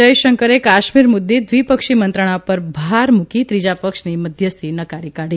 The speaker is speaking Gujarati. જયશંકરે કાશ્મીર મુદ્દે દ્વિપક્ષી મંત્રણા પર ભાર મૂકી ત્રીજા પક્ષની મધ્યસ્થી નકારી કાઢી